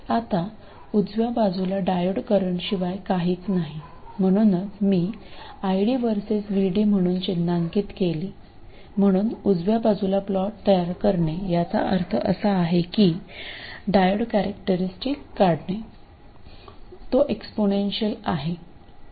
आता उजव्या बाजूला डायोड करंटशिवाय काहीच नाही म्हणूनच मी ID VS VD म्हणून चिन्हांकित केले म्हणून उजव्या बाजूला प्लॉट तयार करणे याचा अर्थ असा आहे की डायोड कॅरेक्टरीस्टिक काढणे तो एक्सपोनेन्शियलआहे